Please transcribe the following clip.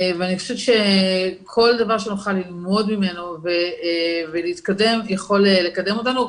ואני חושבת שכל דבר שנוכל ללמוד ממנו ולהתקדם יכול לקדם אותנו.